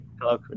Hello